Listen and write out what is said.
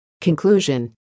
Conclusion